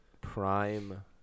prime